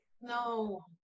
No